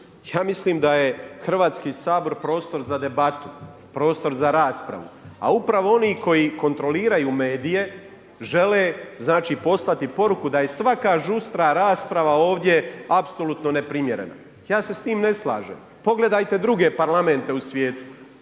Ja mislim da je Hrvatski sabor prostor za debatu, prostor za raspravu, a upravo oni koji kontroliraju medije žele znači poslati poruku da je svaka žustra rasprava ovdje apsolutno neprimjerena. Ja se s tim ne slažem. Pogledajte druge parlamente u svijetu,